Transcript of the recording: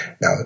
now